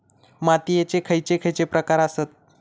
मातीयेचे खैचे खैचे प्रकार आसत?